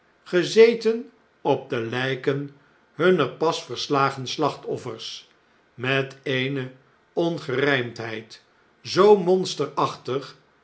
gezeten op deljjken hunner pas verslagen slaehtoffers met eene ongerijmdheid zoo monsterachtig